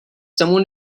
someone